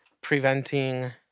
preventing